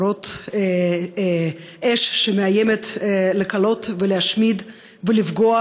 אורות אש שמאיימת לכלות ולהשמיד ולפגוע,